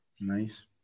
Nice